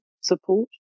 support